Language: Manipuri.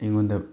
ꯑꯩꯉꯣꯟꯗ